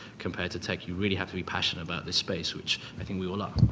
compared to tech, you really have to be passionate about this space which i think we all are.